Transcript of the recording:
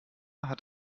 hat